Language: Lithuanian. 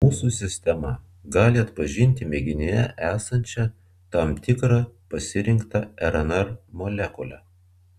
mūsų sistema gali atpažinti mėginyje esančią tam tikrą pasirinktą rnr molekulę